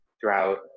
throughout